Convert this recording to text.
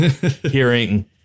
hearing